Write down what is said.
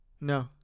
No